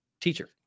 teacher